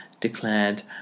declared